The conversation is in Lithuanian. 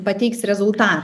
pateiks rezultatą